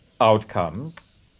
outcomes